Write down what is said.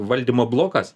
valdymo blokas